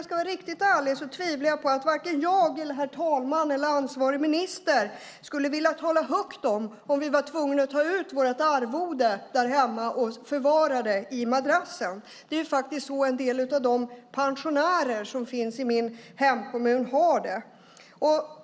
Jag tvivlar på att jag, herr talmannen eller ansvarig minister skulle vilja tala högt om att vi var tvungna att ta ut hela vårt arvode och förvara det i madrassen. Det är faktiskt så en del pensionärer i min hemkommun har det.